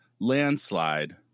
landslide